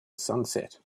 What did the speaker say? sunset